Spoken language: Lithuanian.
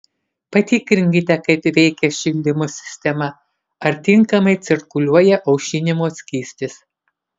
patikrinkite kaip veikia šildymo sistema ar tinkamai cirkuliuoja aušinimo skystis